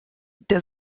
der